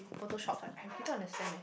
photo shops like I didn't understand it